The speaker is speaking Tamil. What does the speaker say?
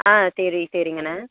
ஆ சரி சரிங்கண்ணே